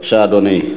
בבקשה, אדוני.